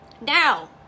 Now